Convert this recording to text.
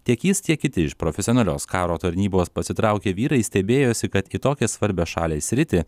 tiek jis tiek kiti iš profesionalios karo tarnybos pasitraukę vyrai stebėjosi kad į tokią svarbią šaliai sritį